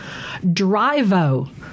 Drivo